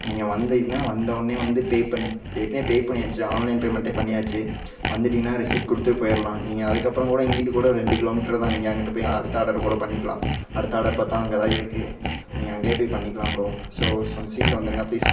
நீங்கள் வந்தீங்கன்னா நீங்கள் வந்தோனே வந்து பே பண்ணிட் ஏற்கனவே பே பண்ணியாச்சு ஆன்லைன் பேமெண்ட்டே பண்ணியாச்சு வந்துவிடீங்கன்னா ரிஸிப்ட்டு கொடுத்து போயிறலாம் நீங்கள் அதற்கப்பறம்க்கூட இங்கிட்டுக்கூட ரெண்டு கிலோமீட்டர் தான் நீங்கள் அங்கிட்டு போய் அடுத்த ஆர்டர் கூட பண்ணிக்கலாம் அடுத்த ஆர்டர் பார்த்தா அங்கே தான் இருக்கு நீங்கள் அங்கேயே போய் பண்ணிக்கலாம் ப்ரோ ஸோ கொஞ்சம் சீக்கிரம் வந்துருங்க ப்ளீஸ்